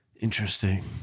Interesting